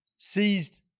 seized